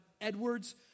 Edwards